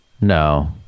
No